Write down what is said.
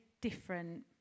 different